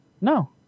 No